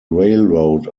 railroad